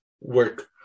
work